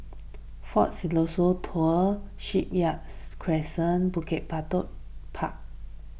fort Siloso Tours Shipyard Crescent Bukit Batok Park